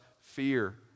fear